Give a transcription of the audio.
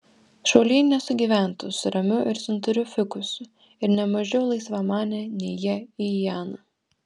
šauliai nesugyventų su ramiu ir santūriu fikusu ir ne mažiau laisvamane nei jie liana